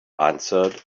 answered